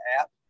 app